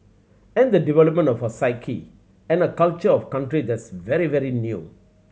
and the development of a psyche and culture of country that's very very new